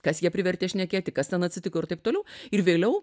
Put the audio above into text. kas ją privertė šnekėti kas ten atsitiko ir taip toliau ir vėliau